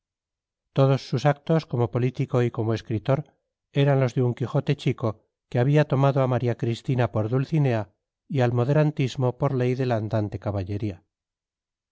todos sus actos como político y como escritor eran los de un quijote chico que había tomado a maría cristina por dulcinea y al moderantismo por ley de la andante caballería